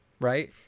right